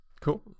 cool